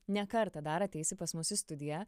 ne kartą dar ateisi pas mus į studiją